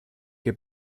que